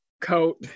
coat